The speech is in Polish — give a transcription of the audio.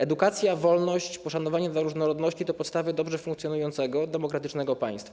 Edukacja, wolność, poszanowanie dla różnorodności - to podstawy dobrze funkcjonującego demokratycznego państwa.